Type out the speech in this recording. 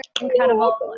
incredible